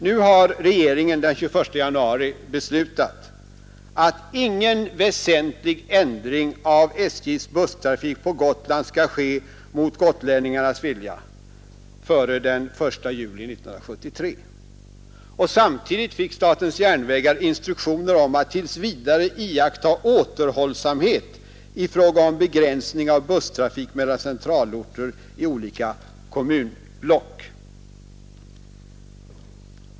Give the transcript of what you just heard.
Regeringen har nu den 21 januari beslutat att ingen väsentlig ändring av SJ:s busstrafik på Gotland skall ske mot gotlänningarnas vilja före den 1 juli 1973. Samtidigt fick SJ instruktioner om att tills vidare iaktta återhållsamhet i fråga om begränsning av busstrafik mellan centralorter i olika kommunblock.